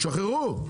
תשחררו.